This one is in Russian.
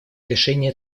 решения